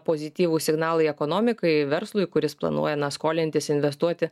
pozityvūs signalai ekonomikai verslui kuris planuoja na skolintis investuoti